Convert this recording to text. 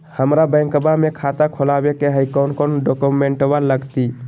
हमरा बैंकवा मे खाता खोलाबे के हई कौन कौन डॉक्यूमेंटवा लगती?